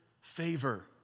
favor